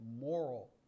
moral